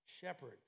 shepherd